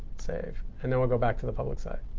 save. and then we'll go back to the public site.